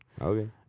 Okay